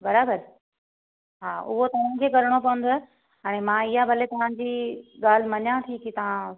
बराबरि हा उहो तव्हांखे करिणो पवंदव हाणे मां इहा भले तव्हांजी ॻाल्हि मञा थी की तव्हां